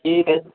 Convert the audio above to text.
ठीक है